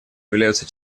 являются